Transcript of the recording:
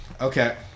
okay